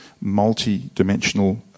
multi-dimensional